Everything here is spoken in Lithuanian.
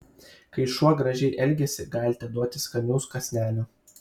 kai šuo gražiai elgiasi galite duoti skanių kąsnelių